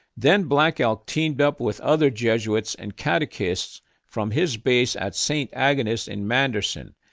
then, black elk teamed up with other jesuits and catechists from his base at st. agnes in manderson,